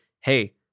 hey